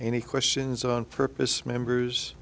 any questions on purpose members